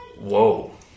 whoa